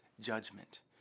judgment